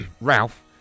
Ralph